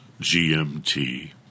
GMT